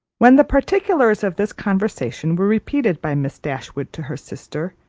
when the particulars of this conversation were repeated by miss dashwood to her sister,